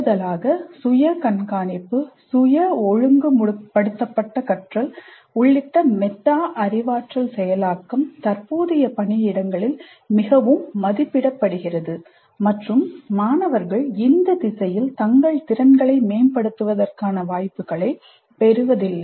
கூடுதலாக சுய கண்காணிப்பு சுய ஒழுங்குபடுத்தப்பட்ட கற்றல் உள்ளிட்ட மெட்டா அறிவாற்றல் செயலாக்கம் போன்றவை தற்போதைய பணியிடங்களில் மிகவும் மதிப்பிடப்படுகிறது மற்றும் மாணவர்கள் இந்த திசையில் தங்கள் திறன்களை மேம்படுத்துவதற்கான வாய்ப்புகளைப் பெறுவதில்லை